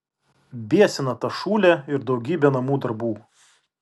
biesina ta šūlė ir daugybė namų darbų